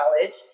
college